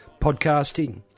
podcasting